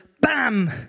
bam